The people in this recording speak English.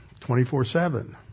24/7